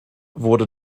wurde